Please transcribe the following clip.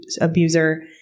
abuser